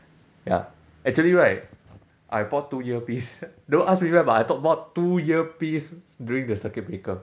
ya actually right I bought two earpiece don't ask me about it but I th~ bought two earpiece during the circuit breaker